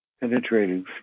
penetrating